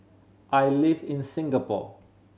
I live in Singapore